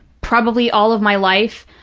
probably all of my life.